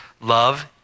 Love